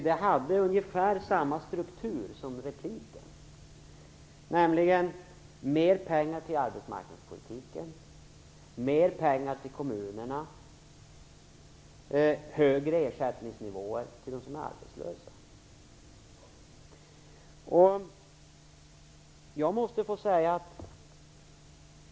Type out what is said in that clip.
Det hade ungefär samma struktur som repliken: mer pengar till arbetsmarknadspolitiken, mer pengar till kommunerna och högre ersättningsnivåer för dem som är arbetslösa.